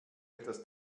etwas